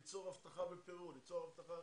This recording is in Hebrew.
ליצור אבטחה בפרו, ליצור אבטחה